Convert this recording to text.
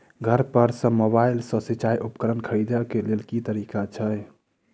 घर पर सऽ मोबाइल सऽ सिचाई उपकरण खरीदे केँ लेल केँ तरीका छैय?